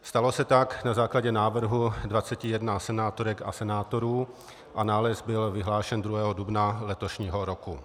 Stalo se tak na základě návrhu 21 senátorek a senátorů a nález byl vyhlášen 2. dubna letošního roku.